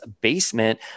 basement